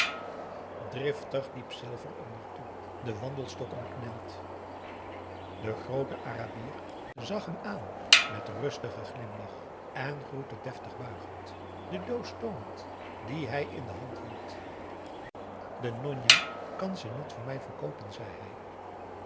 silver er naar toe den wandelstok omkneld de groote arabier zag hem aan met rustigen glimlach en groette deftig buigend de doos toonend die hij in de hand hield de njonja kan ze niet voor mij verkoopen zei